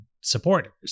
supporters